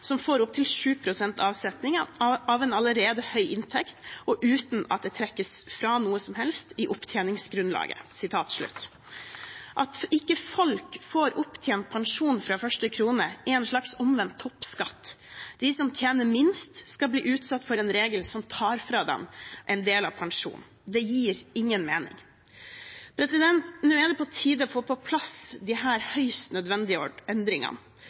som får opptil sju prosent avsetning av en allerede høy inntekt, og uten at det trekkes fra noe som helst i opptjeningsgrunnlaget.» At folk ikke får opptjent pensjon fra første krone, er en slags omvendt toppskatt. De som tjener minst, skal bli utsatt for en regel som tar fra dem en del av pensjonen. Det gir ingen mening. Nå er det på tide å få på plass disse høyst nødvendige endringene.